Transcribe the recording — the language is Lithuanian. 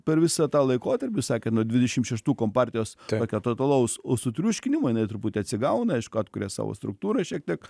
per visą tą laikotarpį sakė nuo dvidešim šeštų kompartijos tokio totalaus sutriuškinimąjinai truputį atsigauna aišku atkuria savo struktūrą šiek tiek